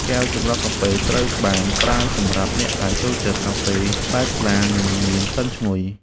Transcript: កែវចម្រោះកាហ្វេ ត្រូវបានប្រើសម្រាប់អ្នកដែលចូលចិត្តកាហ្វេបែបថ្លា និងមានក្លិនឈ្ងុយ។